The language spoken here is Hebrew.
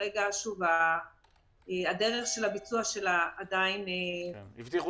שכרגע הדרך של הביצוע שלה עדיין --- הבטיחו